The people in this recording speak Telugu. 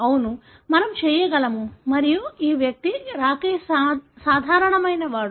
అవును మనము చేయగలము మరియు ఈ వ్యక్తి రాకేష్ సాధారణమైనవాడు